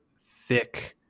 thick